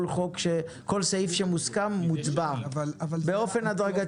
כל סעיף שמוסכם מצביעים עליו באופן הדרגתי.